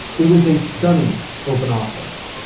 it was a stunning open office.